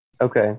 Okay